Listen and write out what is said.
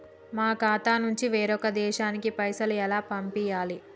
మా ఖాతా నుంచి వేరొక దేశానికి పైసలు ఎలా పంపియ్యాలి?